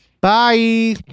Bye